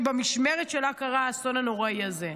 שבמשמרת שלה קרה האסון הנוראי הזה.